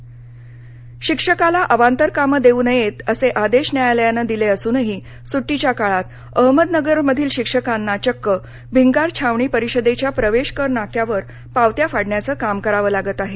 अहमदनगर शिक्षकाला अवांतर कामं देऊ नये असे आदेश न्यायालयानं दिले असूनही सुट्टीच्या काळात अहमदनगरमधील शिक्षकाना चक्क भिंगार छावणी परिषदेच्या प्रवेश कर नाक्यावर पावत्या फाडण्याचं काम करावं लागत आहे